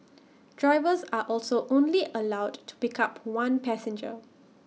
drivers are also only allowed to pick up one passenger